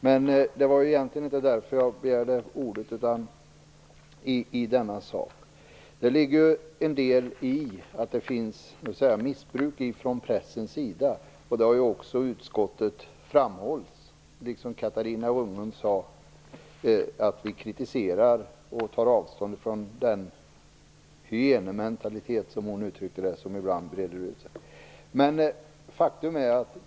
Men det var egentligen inte därför jag begärde ordet i denna sak. Det ligger en del i att det finns missbruk från pressens sida. Det har ju också framhållits i utskottet att vi kritiserar och tar avstånd från den hyenementalitet som ibland breder ut sig, som Catarina Rönnung uttryckte det.